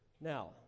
Now